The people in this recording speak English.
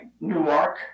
Newark